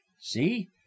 see